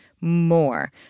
more